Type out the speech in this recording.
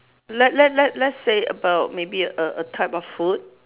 let let let let's say about maybe a a type of food